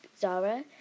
Zara